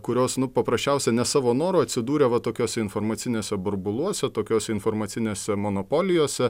kurios nu paprasčiausia ne savo noru atsidūrė va tokiuose informaciniuose burbuluose tokiose informacinėse monopolijose